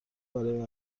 برای